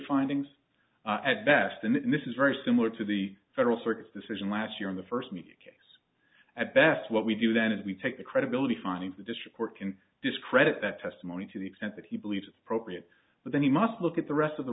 findings at best and this is very similar to the federal circuit's decision last year in the first meeting a case at best what we do then is we take the credibility findings the district court can discredit that testimony to the extent that he believes appropriate but then he must look at the rest of the